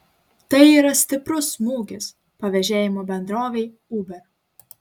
tai yra stiprus smūgis pavėžėjimo bendrovei uber